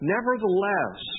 Nevertheless